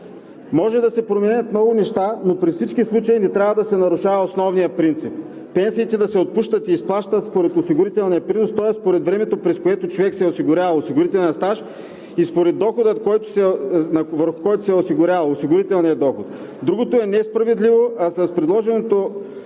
Може да се променят много неща, но при всички случаи не трябва да се нарушава основният принцип – пенсиите да се отпускат и изплащат според осигурителния принос, тоест според времето, през което човек се е осигурявал – осигурителен стаж, и според дохода, върху който се е осигурявал – осигурителния доход. Другото е несправедливо, а с предложеното